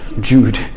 Jude